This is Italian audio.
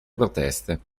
proteste